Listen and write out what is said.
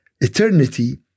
eternity